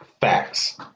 facts